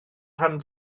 rhan